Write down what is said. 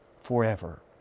forever